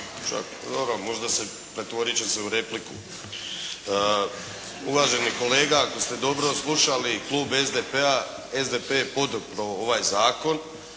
Dobro pretvorit će se u repliku. Uvaženi kolega, ako ste dobro slušali, klub SDP-a je poduprijeo ovaj zakon.